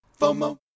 FOMO